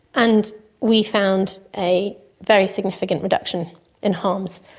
and we found a very significant reduction in harms,